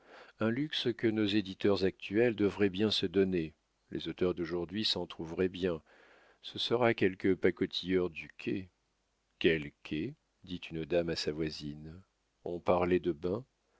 un luxe que nos éditeurs actuels devraient bien se donner les auteurs d'aujourd'hui s'en trouveraient bien ce sera quelque pacotilleur du quai quel quai dit une dame à sa voisine on parlait de bains